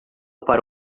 para